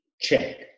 check